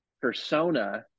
persona